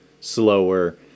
slower